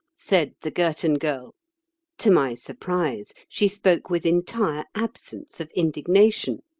said the girton girl to my surprise she spoke with entire absence of indignation.